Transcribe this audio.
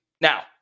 Now